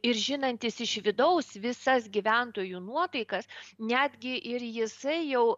ir žinantis iš vidaus visas gyventojų nuotaikas netgi ir jisai jau